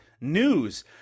news